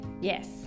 Yes